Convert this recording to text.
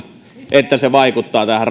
että se vaikuttaa tähän